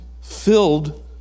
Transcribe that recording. filled